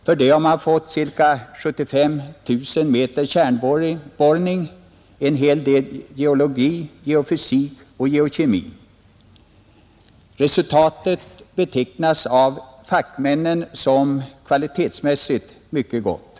För detta har man fått cirka 75 000 meter kärnborrning, en hel del i fråga om geologi, geofysik och geokemi. Resultatet betecknas av fackmännen som kvalitetsmässigt mycket gott.